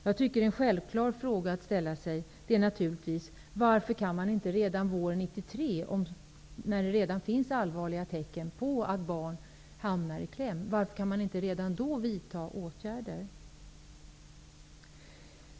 Jag tycker att en självklar fråga att ställa sig är varför man inte redan våren 1993 kan vidta åtgärder, när det redan finns allvarliga tecken på att barn kommer i kläm.